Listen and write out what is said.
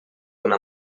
una